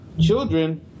children